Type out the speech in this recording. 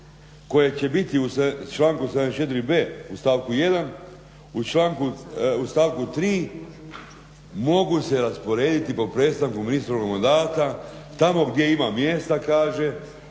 koje će biti u članku 74.b u stavku 1. u stavku 3. mogu se rasporediti po prestanku ministrovog mandata tamo gdje ima mjesta kaže